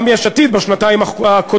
גם יש עתיד בשנתיים הקודמות,